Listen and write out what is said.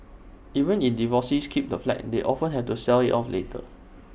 even if divorcees keep the flat they often have to sell IT off later